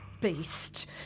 beast